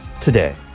today